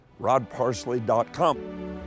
rodparsley.com